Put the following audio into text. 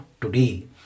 today